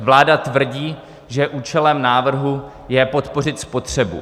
Vláda tvrdí, že účelem návrhu je podpořit spotřebu.